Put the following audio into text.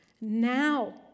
Now